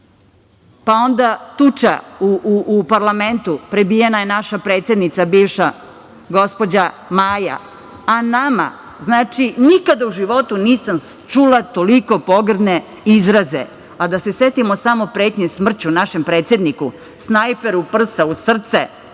pa onda tuča u parlamentu, prebijena je naša predsednica bivša, gospođa Maja, a nama? Znači, nikada u životu nisam čula toliko pogrdne izraze. Da se setimo samo pretnje smrću našem predsedniku, snajper u prsa, u srcem